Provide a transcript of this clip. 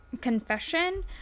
confession